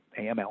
AML